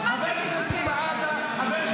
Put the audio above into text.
ומנדלבליט שיקר.